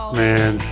man